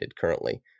currently